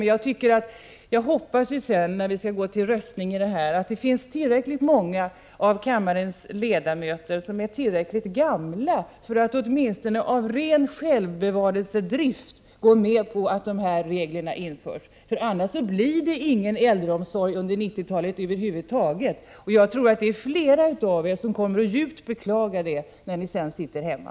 Men jag hoppas att, när vi skall rösta, tillräckligt många av kammarens ledamöter är tillräckligt gamla för att åtminstone av ren självbevarelsedrift gå med på att dessa regler införs. Annars blir det ingen äldreomsorg på 1990-talet över huvud taget. Jag tror att flera av er kommer att djupt beklaga detta. när ni sedan sitter hemma.